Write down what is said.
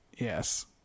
Yes